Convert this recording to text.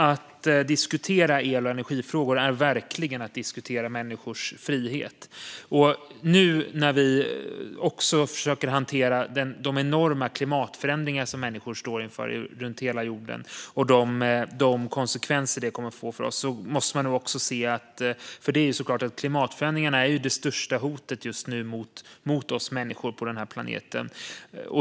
Att diskutera el och energifrågor är verkligen att diskutera människors frihet. Nu försöker vi hantera de enorma klimatförändringar som människor står inför runt hela jorden och de konsekvenser de kommer att få för oss. Klimatförändringarna är det största hotet just nu mot oss människor på den här planeten.